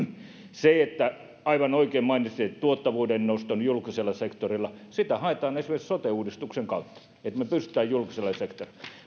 aivan oikein mainitsitte tuottavuuden noston julkisella sektorilla sitä haetaan esimerkiksi sote uudistuksen kautta julkiselle sektorille